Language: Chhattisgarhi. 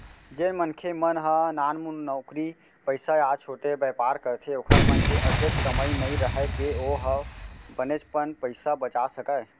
जेन मनखे मन ह नानमुन नउकरी पइसा या छोटे बयपार करथे ओखर मन के अतेक कमई नइ राहय के ओ ह बनेचपन पइसा बचा सकय